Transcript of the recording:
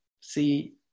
see